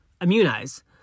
immunize